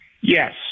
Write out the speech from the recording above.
Yes